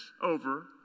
over